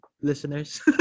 listeners